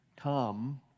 come